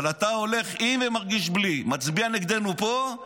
אבל אתה הולך עם ומרגיש בלי, מצביע נגדנו פה,